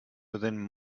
within